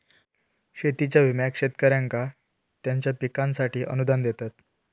शेतीच्या विम्याक शेतकऱ्यांका त्यांच्या पिकांसाठी अनुदान देतत